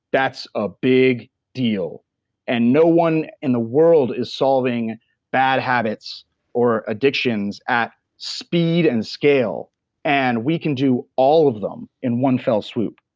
that's a big deal and no one in the world is solving bad habits or addictions at speed and scale and we can do all of them in one fell swoop.